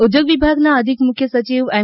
ઉદ્યોગ વિભાગના અધિક મુખ્ય સચિવ એમ